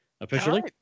officially